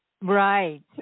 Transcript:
Right